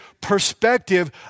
perspective